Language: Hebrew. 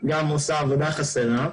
גם עושה עבודה חסרה,